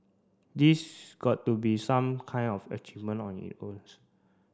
these got to be some kind of achievement on it owns